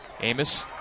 Amos